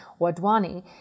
Wadwani